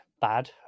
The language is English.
bad